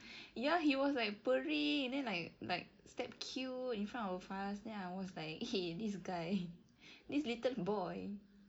ya he was like purring and then like like step cute in front of faz then I was like !hey! this guy this little boy